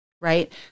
right